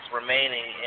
remaining